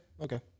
Okay